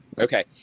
Okay